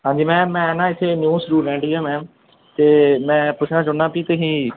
ਹਾਂਜੀ ਮੈਮ ਮੈਂ ਨਾ ਇੱਥੇ ਨਿਊ ਸਟੂਡੈਂਟ ਹੀ ਹਾਂ ਮੈਮ ਅਤੇ ਮੈਂ ਪੁੱਛਣਾ ਚਾਹੁੰਦਾ ਪੀ ਤੁਸੀਂ